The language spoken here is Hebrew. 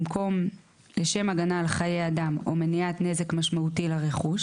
במקום "לשם הגנה על חיי אדם או מניעת נזק משמעותי לרכוש"